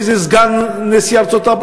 פעם ביקור של איזה סגן נשיא ארצות-הברית,